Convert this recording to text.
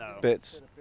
bits